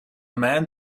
man